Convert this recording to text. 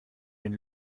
den